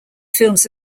films